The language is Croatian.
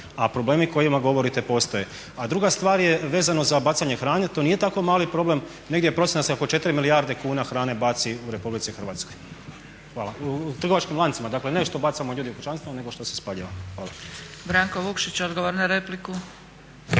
A problemi o kojima govorite postoje. A druga stvar je vezno za bacanje hrane, to nije tako mali problem, negdje je procjena da se oko 4 milijarde kuna hrane baci u RH. U trgovačkim lancima, dakle ne što bacaju ljudi u kućanstvima nego što se spaljiva. Hvala.